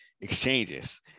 exchanges